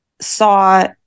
saw